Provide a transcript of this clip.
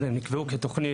הם נקבעו כתוכנית,